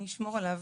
אני אשמור עליו.."